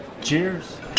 Cheers